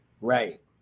Right